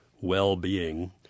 well-being